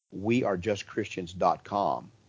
wearejustchristians.com